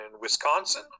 Wisconsin